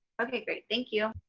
okay, great thank you.